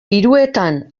hiruetan